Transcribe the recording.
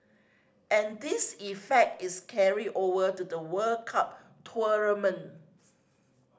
and this effect is carried over to the World Cup tournament